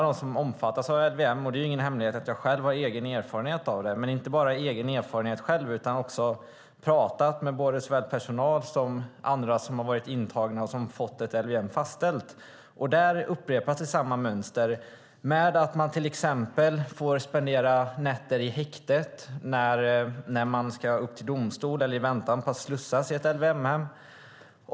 Det är ingen hemlighet att jag själv har egen erfarenhet av detta, och jag har också pratat med såväl personal som andra som har varit intagna och fått LVM-vård fastställt. Där upprepas samma mönster. Man får till exempel spendera nätter i häktet när man ska upp i domstol eller i väntan på att slussas till ett LVM-hem.